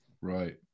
Right